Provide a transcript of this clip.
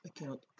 account